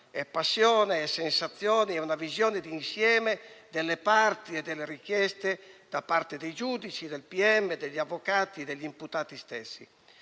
è passione, è sensazioni, è una visione d'insieme, delle parti e delle richieste da parte dei giudici, del pubblico ministero, degli avvocati e degli imputati stessi.